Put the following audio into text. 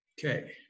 Okay